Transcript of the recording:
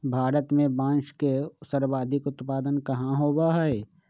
भारत में बांस के सर्वाधिक उत्पादन कहाँ होबा हई?